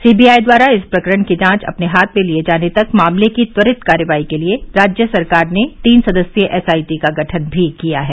CVI द्वारा इस प्रकरण की जांच अपने हाथ में लिये जाने तक मामले की त्वरित कार्रवाई के लिये राज्य सरकार ने तीन सदस्यीय एसआईटी का गठन भी किया है